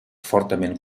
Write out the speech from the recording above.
fortament